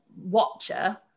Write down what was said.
watcher